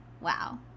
Wow